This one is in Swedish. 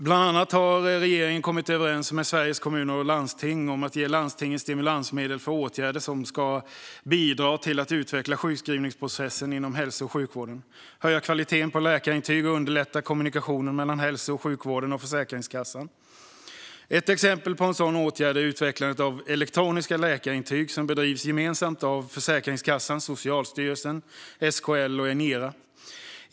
Bland annat har regeringen kommit överens med Sveriges Kommuner och Landsting om att ge landstingen stimulansmedel för åtgärder som ska bidra till att utveckla sjukskrivningsprocessen inom hälso och sjukvården. Det handlar om att höja kvaliteten på läkarintygen och underlätta kommunikationen mellan hälso och sjukvården och Försäkringskassan. Ett exempel på en sådan åtgärd är utvecklandet av elektroniska läkarintyg, som bedrivs gemensamt av Försäkringskassan, Socialstyrelsen, SKL och Inera.